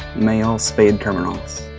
male spade terminals.